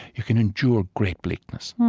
you can endure great bleakness